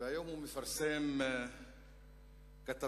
והיום הוא מפרסם כתבה